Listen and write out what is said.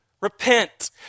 Repent